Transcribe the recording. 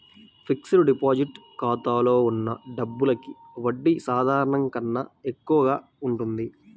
fixed deposit ఖాతాలో ఉన్న డబ్బులకి వడ్డీ సాధారణం కన్నా ఎక్కువగా ఉంటుంది